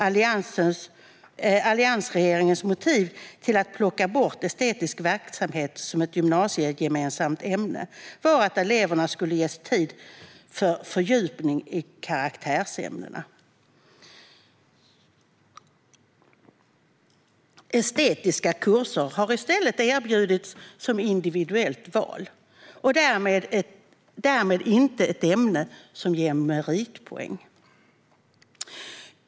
Alliansregeringens motiv till att plocka bort estetisk verksamhet som ett gymnasiegemensamt ämne var att eleverna skulle ges tid för fördjupning i karaktärsämnena. Estetiska kurser har i stället erbjudits som individuellt val och är därmed inte ett ämne som ger meritpoäng.